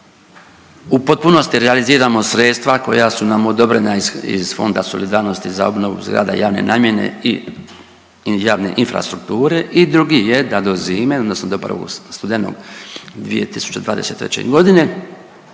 u potpunosti realiziramo sredstva koja su nam odobrena iz Fonda solidarnosti za obnovu zgrada javne namjene i javne infrastrukture i drugi je da do zime odnosno do 1. studenog 2023. godine